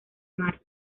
mar